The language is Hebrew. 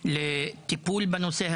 מדויק.